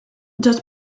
that